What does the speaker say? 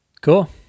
Cool